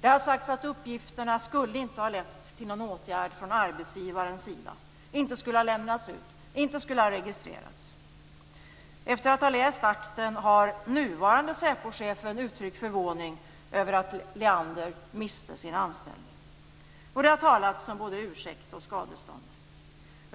Det har sagts att uppgifterna inte skulle ha lett till någon åtgärd från arbetsgivarens sida, inte skulle ha lämnats ut och inte skulle ha registrerats. Efter att ha läst akten har nuvarande SÄPO chefen uttryckt förvåning över att Leander miste sin anställning. Det har talats om både ursäkt och skadestånd.